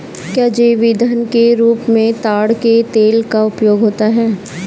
क्या जैव ईंधन के रूप में ताड़ के तेल का उपयोग होता है?